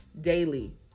daily